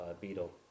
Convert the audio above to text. beetle